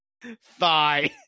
thigh